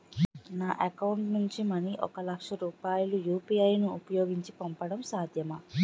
నా అకౌంట్ నుంచి మనీ ఒక లక్ష రూపాయలు యు.పి.ఐ ను ఉపయోగించి పంపడం సాధ్యమా?